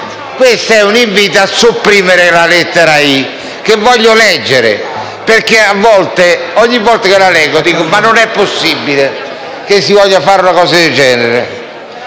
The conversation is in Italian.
contiene un invito a sopprimere la lettera *i)*, che voglio leggere. Ogni volta che la leggo mi dico che non è possibile che si voglia fare una cosa del genere.